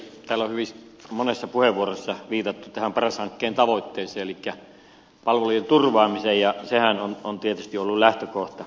täällä on hyvin monessa puheenvuorossa viitattu tähän paras hankkeen tavoitteeseen elikkä palvelujen turvaamiseen ja sehän on tietysti ollut lähtökohta